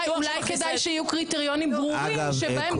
אולי כדאי שיהיו קריטריונים ברורים שבהם